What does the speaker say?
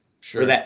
Sure